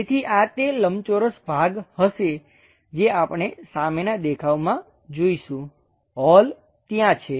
તેથી આ તે લંબચોરસ ભાગ હશે જે આપણે સામેના દેખાવમાં જોઈશું હોલ ત્યાં છે